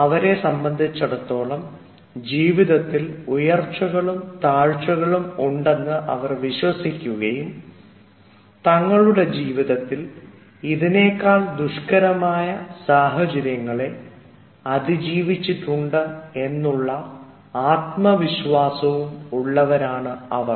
അവരെ സംബന്ധിച്ചിടത്തോളം ജീവിതത്തിൽ ഉയർച്ചകളും താഴ്ചകളും ഉണ്ടെന്ന് അവർ വിശ്വസിക്കുകയും തങ്ങളുടെ ജീവിതത്തിൽ ഇതിനേക്കാൾ ദുഷ്കരമായ സാഹചര്യങ്ങളെ അതിജീവിച്ചിട്ടുണ്ട് എന്നുള്ള ആത്മവിശ്വാസവും ഉള്ളവരാണ് അവർ